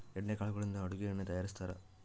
ಎಣ್ಣೆ ಕಾಳುಗಳಿಂದ ಅಡುಗೆ ಎಣ್ಣೆ ತಯಾರಿಸ್ತಾರಾ